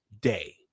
day